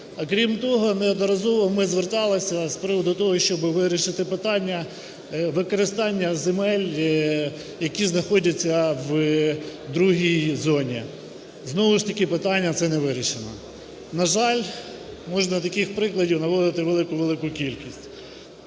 А крім того, неодноразово ми зверталися з приводу того, щоб вирішити питання використання земель, які знаходяться в другій зоні. Знову ж таки питання це не вирішено. На жаль, можна таких прикладів наводити велику-велику кількість.